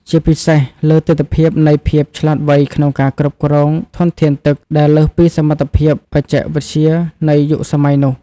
ជាពិសេសលើទិដ្ឋភាពនៃភាពឆ្លាតវៃក្នុងការគ្រប់គ្រងធនធានទឹកដែលលើសពីសមត្ថភាពបច្ចេកវិទ្យានៃយុគសម័យនោះ។